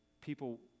people